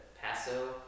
Paso